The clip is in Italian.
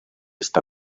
sta